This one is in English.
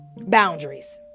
boundaries